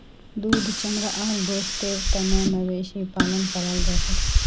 दूध चमड़ा आर गोस्तेर तने मवेशी पालन कराल जाछेक